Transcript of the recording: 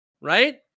Right